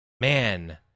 man